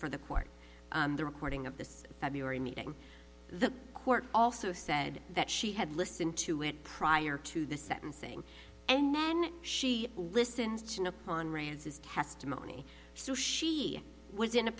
for the court the recording of this february meeting the court also said that she had listened to it prior to the sentencing and then she listens on raises kester money so she was in a